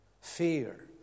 Fear